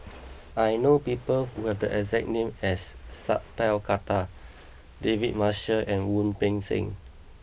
I know people who have the exact name as Sat Pal Khattar David Marshall and Wu Peng Seng